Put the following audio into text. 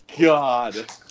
God